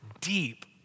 deep